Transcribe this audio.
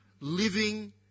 living